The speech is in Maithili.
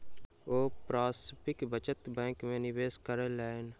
ओ पारस्परिक बचत बैंक में निवेश कयलैन